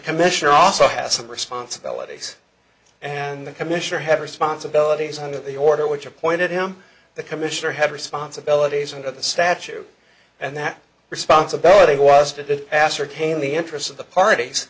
commissioner also has some responsibilities and the commissioner has responsibilities under the order which appointed him the commissioner have responsibilities under the statue and that responsibility was to ascertain the interests of the parties